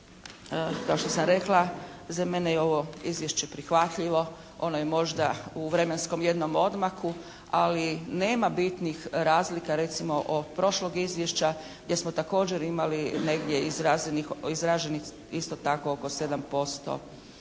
kao što sam rekla, za mene je ovo izvješće prihvatljivo. Ono je možda u vremenskom jednom odmaku, ali nema bitnih razlika recimo od prošlog izvješća gdje smo također imali negdje izraženi isto tako oko 7%